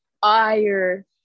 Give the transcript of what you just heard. fire